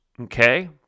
okay